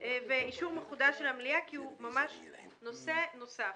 ואישור מחודש של המליאה כי הוא ממש נושא נוסף.